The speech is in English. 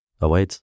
awaits